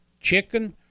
chicken